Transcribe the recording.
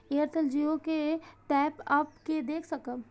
Airtel Jio के top up के देख सकब?